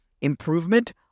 improvement